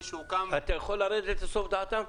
שהוקם --- אתה יכול לרדת לסוף דעתם?